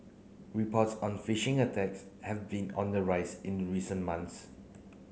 reports on phishing attacks have been on the rise in recent months